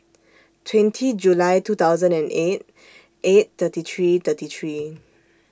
twenty July two thousand and eight eight thirty three thirty three